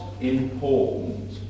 important